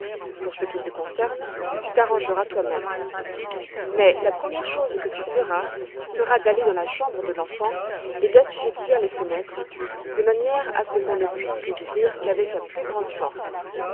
pour ce qui te concerne tu t'arrangeras toi-même mais la première chose que tu feras sera d'aller dans la chambre de l'enfant et d'assujettir les fenêtres de manière à ce qu'on ne puisse les ouvrir qu'avec la plus grande force